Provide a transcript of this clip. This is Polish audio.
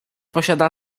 posiada